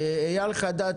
אייל חדד,